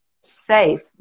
safe